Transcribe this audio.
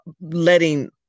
letting